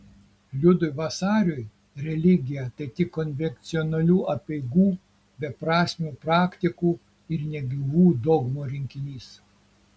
liudui vasariui religija tai tik konvencionalių apeigų beprasmių praktikų ir negyvų dogmų rinkinys